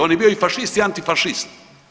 On je bio i fašist i antifašist.